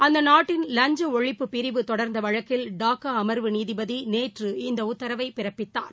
அந்த நாட்டின் லஞ்ச ஒழிப்பு பிரிவு தொடர்ந்த வழக்கில் டாக்கா அமர்வு நீதிபதி நேற்று இந்த உத்தரவை பிறப்பித்தார்